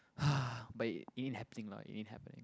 but it it ain't happening lah it ain't happening